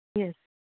yes